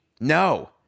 No